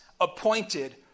appointed